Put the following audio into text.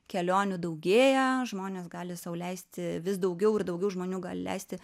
kelionių daugėja žmonės gali sau leisti vis daugiau ir daugiau žmonių gali leisti